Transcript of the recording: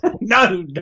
no